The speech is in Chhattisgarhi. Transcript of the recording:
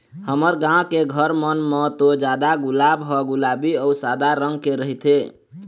हमर गाँव के घर मन म तो जादा गुलाब ह गुलाबी अउ सादा रंग के रहिथे